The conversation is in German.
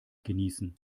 genießen